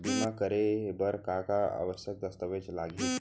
बीमा करे बर का का आवश्यक दस्तावेज लागही